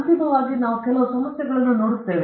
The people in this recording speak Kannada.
ಅಂತಿಮವಾಗಿ ನಾವು ಕೆಲವು ಸಮಸ್ಯೆಗಳನ್ನು ನೋಡುತ್ತೇವೆ